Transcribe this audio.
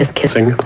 kissing